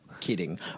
kidding